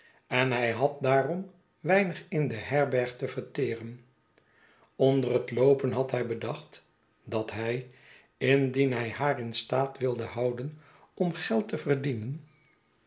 en hij had daarom weinig in de herberg te verteeren onder het loopen had hij bedacht dat hij indien hij haar in staat wilde houden om geld te verdienen